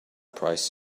price